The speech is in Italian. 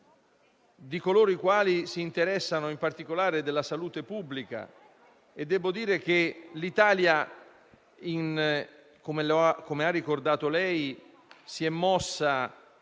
di coloro i quali si interessano in particolare della salute pubblica, e ammetto che l'Italia, come lei ha ricordato, si è mossa